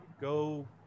go